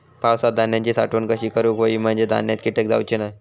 पावसात धान्यांची साठवण कशी करूक होई म्हंजे धान्यात कीटक जाउचे नाय?